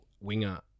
winger